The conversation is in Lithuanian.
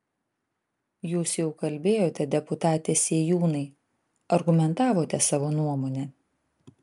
jūs jau kalbėjote deputate sėjūnai argumentavote savo nuomonę